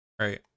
right